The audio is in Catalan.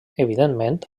evidentment